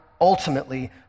ultimately